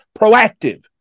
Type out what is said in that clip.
proactive